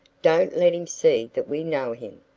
don't let him see that we know him.